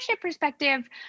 perspective